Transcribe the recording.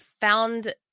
found